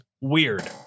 Weird